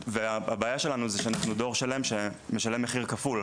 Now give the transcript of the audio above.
הבעיה שלנו היא שאנחנו דור שלם שמשלם מחיר כפול,